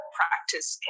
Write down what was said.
practice